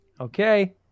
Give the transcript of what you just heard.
Okay